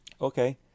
Okay